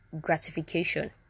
gratification